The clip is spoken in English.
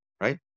right